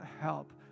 help